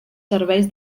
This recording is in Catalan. serveis